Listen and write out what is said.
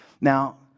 now